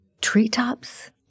treetops